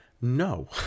No